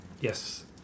Yes